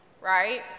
right